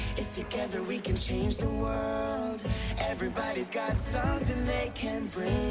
it's together we can change the world everybody's got something they can bring